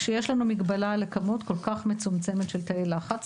כשיש לנו מגבלה לכמות כל כך מצומצמת של תאי לחץ,